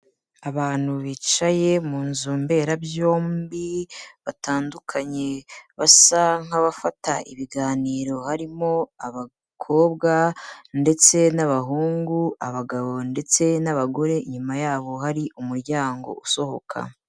Abantu bicaye mu nzu mberabyombi batandukanye, basa nk'abafata ibiganiro harimo abakobwa ndetse n'abahungu, abagabo ndetse n'abagore, inyuma yabo hari umuryango usohoka.